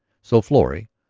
so florrie,